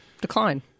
decline